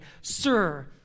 sir